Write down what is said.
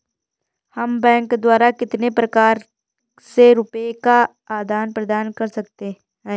हम बैंक द्वारा कितने प्रकार से रुपये का आदान प्रदान कर सकते हैं?